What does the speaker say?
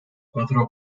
cuatro